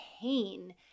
pain